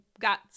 got